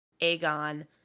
Aegon